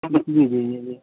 جی جی جی